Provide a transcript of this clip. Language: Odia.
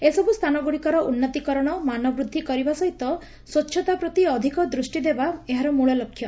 ଏହିସବୁ ସ୍ଥାନ ଗୁଡିକର ଉନ୍ନତିକରଣ ମାନବୂକ୍କି କରିବା ସହିତ ସ୍ୱଚ୍ଚତା ପ୍ରତି ଅଧିକ ଦୂଷ୍ଟି ଦେବା ଏହାର ମୁଳ ଲକ୍ଷ୍ୟ